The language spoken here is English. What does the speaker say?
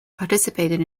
participated